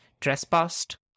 trespassed